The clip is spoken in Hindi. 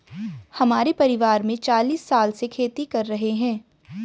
हमारे परिवार में चालीस साल से खेती कर रहे हैं